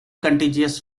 contiguous